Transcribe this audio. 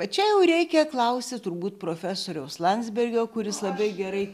va čia jau reikia klausti turbūt profesoriaus landsbergio kuris labai gerai